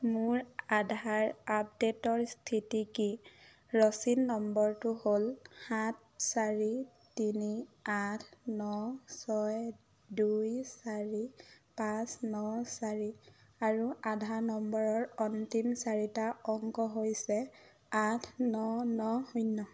মোৰ আধাৰ আপডেটৰ স্থিতি কি ৰচিদ নম্বৰটো হ'ল সাত চাৰি তিনি আঠ ন ছয় দুই চাৰি পাঁচ ন চাৰি আৰু আধাৰ নম্বৰৰ অন্তিম চাৰিটা অংক হৈছে আঠ ন ন শূন্য